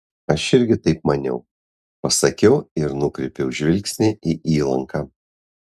aš irgi taip maniau pasakiau ir nukreipiau žvilgsnį į įlanką